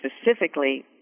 specifically